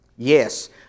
Yes